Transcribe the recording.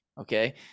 Okay